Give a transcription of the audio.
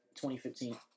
2015